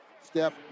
step